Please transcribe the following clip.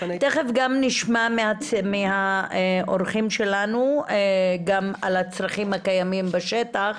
תכף נשמע מהאורחים שלנו גם על הצרכים הקיימים בשטח.